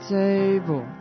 table